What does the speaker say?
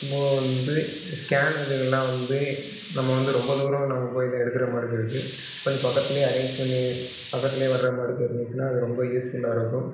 இப்போ வந்து ஸ்கேன் இதுங்கெல்லாம் வந்து நம்ம வந்து ரொம்ப தூரம் நாங்கள் போய் எடுக்கிறமாரிதான் இருக்கு கொஞ்சம் பக்கத்துலையே அரேஞ்ச் பண்ணி பக்கத்துலையே வரமாதிரி இருந்துச்சின்னா அது ரொம்ப யூஸ்ஃபுல்லாக இருக்கும்